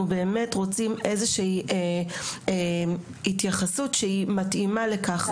אנחנו באמת רוצים איזושהי התייחסות שהיא מתאימה לכך.